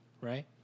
right